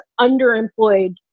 underemployed